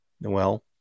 Noel